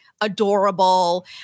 adorable